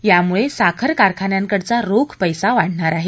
यामुळे साखर कारखान्यांकडचा रोख पैसा वाढणार आहे